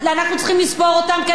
כי אנחנו צריכים אותם,